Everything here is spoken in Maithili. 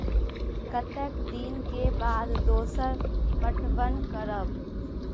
कतेक दिन के बाद दोसर पटवन करब?